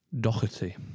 Doherty